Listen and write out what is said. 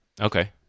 Okay